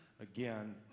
again